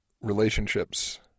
relationships